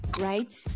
right